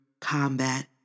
combat